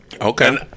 Okay